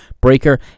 Breaker